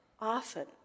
often